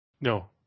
No